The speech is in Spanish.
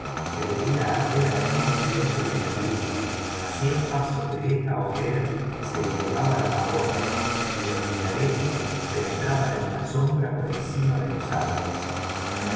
que debía arder al mismo tiempo que la viuda a cien pasos de esta hoguera se elevaba la pagoda cuyos minaretes penetraban en la sombra por encima de los árboles